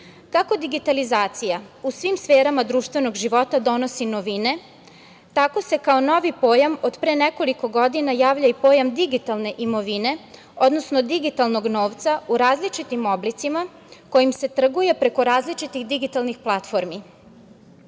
digitalizacija u svim sferama društvenog života donosi novine, tako se kao novi pojam od pre nekoliko godina javlja i pojam digitalne imovine, odnosno digitalnog novca u različitim oblicima, kojim se trguje preko različitih digitalnih platformi. Nama